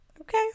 Okay